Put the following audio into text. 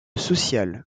social